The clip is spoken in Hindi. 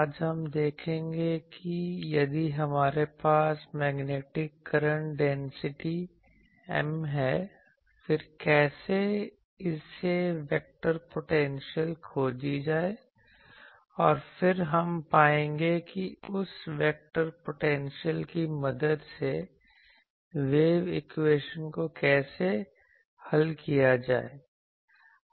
आज हम देखेंगे कि यदि हमारे पास मैग्नेटिक करंट डेंसिटी M है फिर कैसे इससे वेक्टर पोटेंशियल खोजी जाए और फिर हम पाएंगे कि उस वेक्टर पोटेंशियल की मदद से वेव इक्वेशन को कैसे हल किया जाए